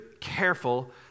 careful